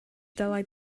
dylai